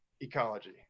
ecology